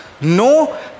no